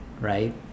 right